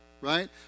right